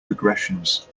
regressions